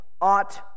ought